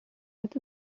let